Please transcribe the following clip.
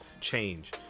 change